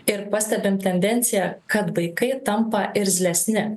ir pastebim tendenciją kad vaikai tampa irzlesni